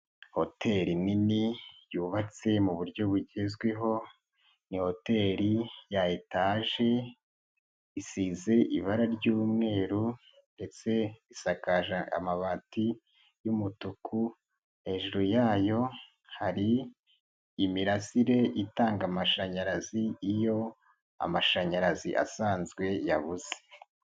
Hoteli nini yubatse mu buryo bugezweho, ni hoteli ya etaje isize ibara ry'umweru ndetse isakaje amabati y'umutuku, hejuru yayo hari imirasire itanga amashanyarazi iyo amashanyarazi asanzwe yabuze.